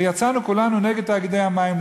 ויצאנו כולנו נגד תאגידי המים,